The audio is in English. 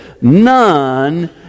None